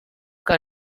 que